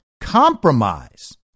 compromise